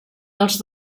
els